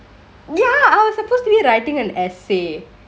ya I was supposed to be writingk an essay